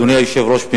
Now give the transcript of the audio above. אדוני היושב-ראש,